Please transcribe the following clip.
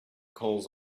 calls